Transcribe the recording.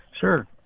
Sure